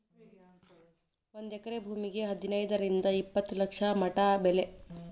ಒಂದ ಎಕರೆ ಭೂಮಿಗೆ ಹದನೈದರಿಂದ ಇಪ್ಪತ್ತ ಲಕ್ಷ ಮಟಾ ಬೆಲೆ